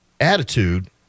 attitude